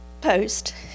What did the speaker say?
post